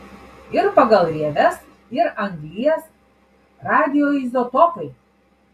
ir pagal rieves ir anglies radioizotopai